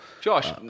Josh